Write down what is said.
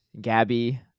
Gabby